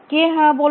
কে হ্যাঁ বলছে